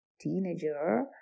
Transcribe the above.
teenager